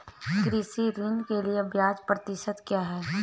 कृषि ऋण के लिए ब्याज प्रतिशत क्या है?